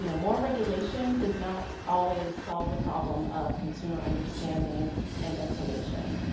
you know more regulation does not always solve the problem of consumer understanding and information.